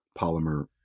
polymer